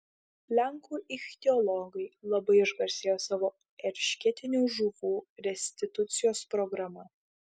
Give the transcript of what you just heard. lenkų ichtiologai labai išgarsėjo savo eršketinių žuvų restitucijos programa